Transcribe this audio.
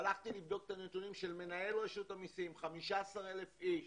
הלכתי לבדוק את הנתונים של מנהל רשות המסים 15,000 איש